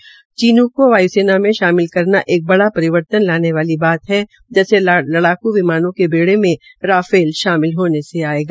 उन्होंने कहा कि चीन्क को वाय् सेना में शामिल करना एक बड़ा रिवर्तन लाने वाली बात है जैसे लड़ाकू विमानों के बेड़े में राफेल शामिल होने से आयेगा